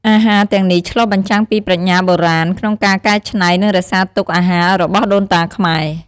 អាហារទាំងនេះឆ្លុះបញ្ចាំងពីប្រាជ្ញាបុរាណក្នុងការកែច្នៃ និងរក្សាទុកអាហាររបស់ដូនតាខ្មែរ។